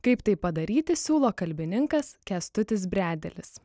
kaip tai padaryti siūlo kalbininkas kęstutis bredelis